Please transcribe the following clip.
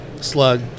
Slug